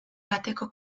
bateko